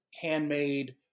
handmade